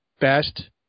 best